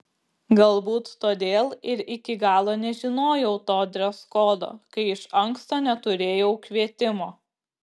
galbūt todėl ir iki galo nežinojau to dreskodo kai iš anksto neturėjau kvietimo